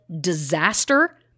disaster